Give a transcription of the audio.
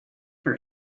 for